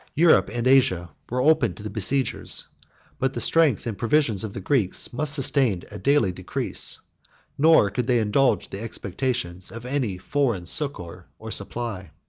europe and asia were open to the besiegers but the strength and provisions of the greeks must sustain a daily decrease nor could they indulge the expectation of any foreign succor or supply.